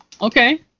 okay